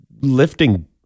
lifting